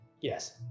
Yes